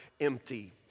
empty